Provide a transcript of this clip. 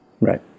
Right